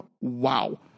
wow